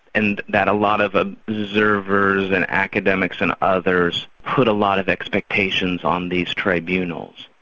and that a lot of ah observers and academics and others put a lot of expectations on these tribunals.